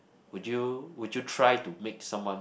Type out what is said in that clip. would you would you try to make someone